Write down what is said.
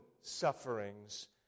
sufferings